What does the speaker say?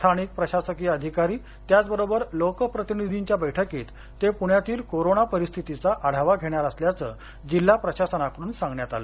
स्थानिक प्रशासकीय अधिकारी त्याचबरोबर लोकप्रतिनिधींच्या बैठकीत ते पुण्यातील कोरोना परिस्थितीचा आढावा घेणार असल्याचं जिल्हा प्रशासनाकडून सांगण्यात आलं